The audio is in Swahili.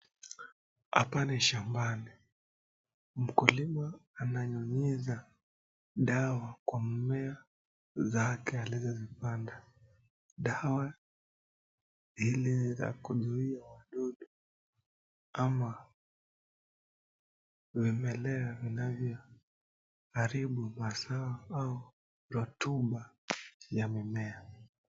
Hapa ni shambani, mkulima ananyunyiza dawa kwa mmea zake alizozipanda, dawa ile ya kuzuia wadudu ama vimelea vinavyo mazao au rotuba ya mimea.